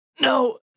no